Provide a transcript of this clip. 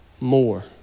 more